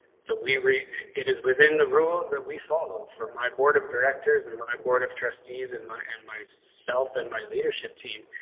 so we we it is within the rules that we follow for my board of directors and my board of trustees. in my, in myself and my leadership team.